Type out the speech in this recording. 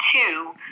two